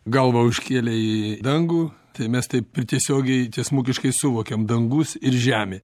galvą užkėlę į dangų tai mes taip ir tiesiogiai tiesmukiškai suvokiam dangus ir žemė